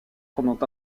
pendant